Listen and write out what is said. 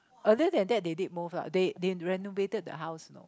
earlier than that they did move lah they they renovated the house no